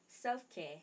self-care